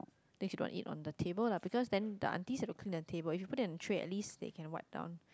things you don't want to eat on the table lah because then the aunties have to clean the tables if you put it on the tray at least they can wipe down